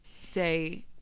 say